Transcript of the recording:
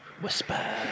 Whisper